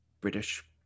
British